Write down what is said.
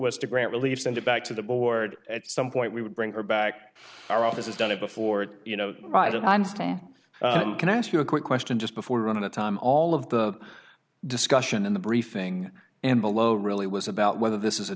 was to grant relief send it back to the board at some point we would bring her back our office has done it before you know right and i'm still can ask you a quick question just before going on the time all of the discussion in the briefing and below really was about whether this is a